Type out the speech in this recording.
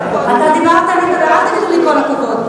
אתה דיברת, כל הכבוד.